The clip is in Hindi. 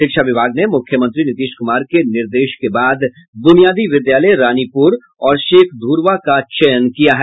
शिक्षा विभाग ने मुख्यमंत्री नीतीश कुमार के निर्देश के बाद बुनियादी विद्यालय रानीपुर और शेखधूरवा का चयन किया है